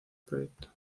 proyecto